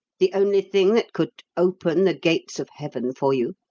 the only thing that could open the gates of heaven for you?